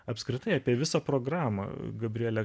apskritai apie visą programą gabrielė